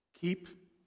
Keep